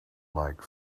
like